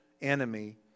enemy